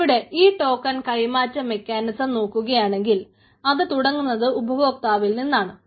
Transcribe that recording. ഇവിടെ ഈ ടോക്കൻ കൈമാറ്റ മെക്കാനിസം നോക്കുകയാണെങ്കിൽ അത് തുടങ്ങുന്നത് ഉപദോക്താവിൽ നിന്നാണ്